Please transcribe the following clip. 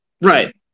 Right